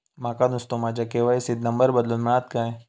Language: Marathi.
माका नुस्तो माझ्या के.वाय.सी त नंबर बदलून मिलात काय?